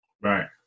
Right